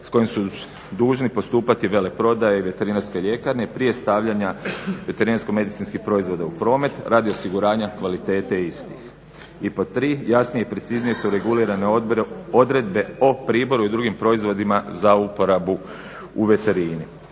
s kojim su dužni postupati veleprodaje i veterinarske ljekarne prije stavljanja veterinarsko-medicinskih proizvoda u promet radi osiguranja kvalitete istih. I pod tri, jasnije i preciznije su regulirane odredbe o priboru i drugim proizvodima za uporabu u veterini.